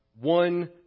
one